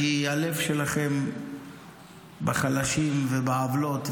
כי הלב שלכם בחלשים ובעוולות,